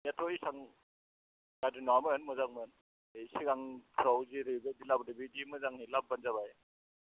दैयाथ' एसां गाज्रि नङामोन मोजांमोन सिगाङाव जेरैबायदि लाबोदों बेबायदिनो लाबोब्लानो जाबाय